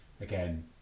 again